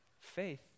Faith